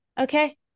Okay